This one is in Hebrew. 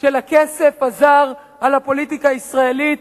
של הכסף הזר על הפוליטיקה הישראלית,